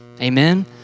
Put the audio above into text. Amen